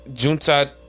Junta